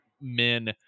men